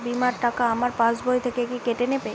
বিমার টাকা আমার পাশ বই থেকে কি কেটে নেবে?